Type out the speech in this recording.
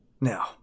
Now